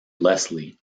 leslie